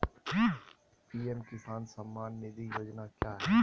PM किसान सम्मान निधि योजना क्या है?